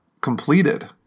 completed